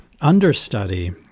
understudy